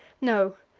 no!